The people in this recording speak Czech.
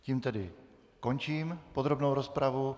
Tím tedy končím podrobnou rozpravu.